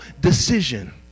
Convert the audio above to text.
decision